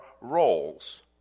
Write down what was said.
roles